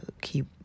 keep